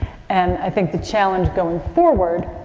and i think the challenge going forward,